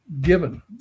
given